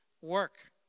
work